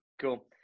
Cool